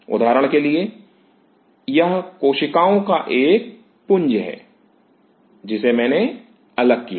उदाहरण के लिए यह कोशिकाओं का एक पुंज है जिसे मैंने अलग किया है